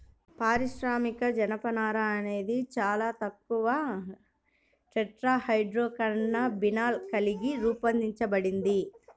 పారిశ్రామిక జనపనార అనేది చాలా తక్కువ టెట్రాహైడ్రోకాన్నబినాల్ కలిగి రూపొందించబడింది